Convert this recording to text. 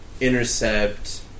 intercept